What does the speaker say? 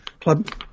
club